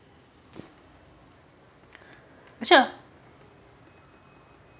actually I